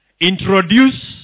introduce